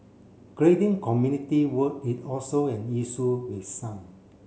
grading community work is also an issue with some